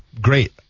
great